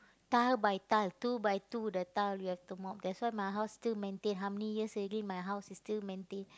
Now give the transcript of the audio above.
tile by tile two by two te tile you have to mop that's why my house still maintain how many years already my house is still maintain